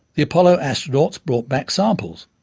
the apollo astronauts brought back samples.